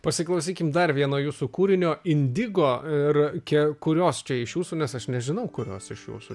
pasiklausykim dar vieno jūsų kūrinio indigo ir ke kurios čia iš jūsų nes aš nežinau kurios iš jūsų